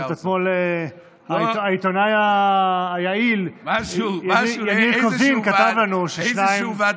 אתמול העיתונאי היעיל יניר קוזין כתב לנו שלשניים לא נשאר.